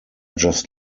just